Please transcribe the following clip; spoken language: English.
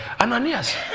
Ananias